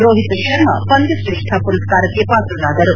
ರೋಹಿತ್ ಶರ್ಮಾ ಪಂದ್ಭಶ್ರೇಷ್ಠ ಪುರಸ್ಕಾರಕ್ಕೆ ಪಾತ್ರರಾದರು